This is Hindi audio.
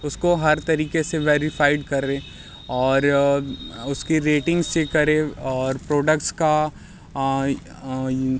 उसको हर तरीक़े से वैरीफ़ाइड करें और उसकी रेटिंग्स चेक करें और प्रोडक्ट्स का